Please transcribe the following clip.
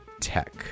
tech